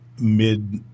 mid